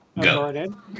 Go